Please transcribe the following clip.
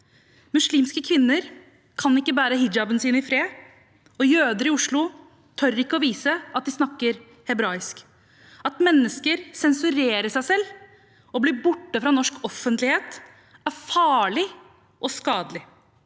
Muslimske kvinner kan ikke bære hijaben sin i fred, og jøder i Oslo tør ikke å vise at de snakker hebraisk. At mennesker sensurerer seg selv og blir borte fra norsk offentlighet, er farlig og skadelig.